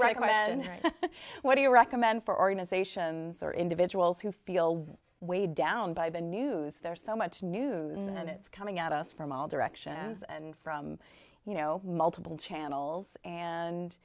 and what do you recommend for organizations or individuals who feel weighed down by the news there's so much news and it's coming at us from all directions and from you know multiple channels and